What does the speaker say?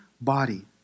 body